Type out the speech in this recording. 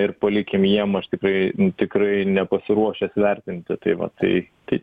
ir palikim jiem aš tikrai tikrai nepasiruošęs vertinti tai va tai tai